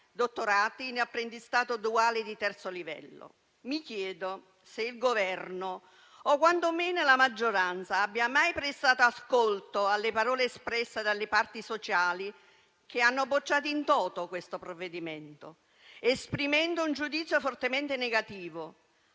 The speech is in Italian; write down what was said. dottorati in apprendistato duale di terzo livello. Mi chiedo se il Governo, o quando meno la maggioranza, abbia mai prestato ascolto alle parole espresse dalle parti sociali, che hanno bocciato *in toto* questo provvedimento, esprimendo un giudizio fortemente negativo,